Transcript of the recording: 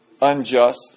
unjust